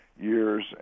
years